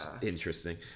interesting